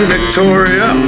Victoria